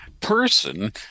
person